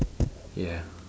yeah